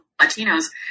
Latinos